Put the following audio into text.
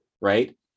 right